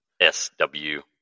S-W